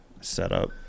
setup